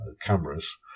cameras